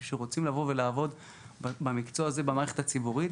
בישראל שרוצים לבוא ולעבוד במערכת הציבורית,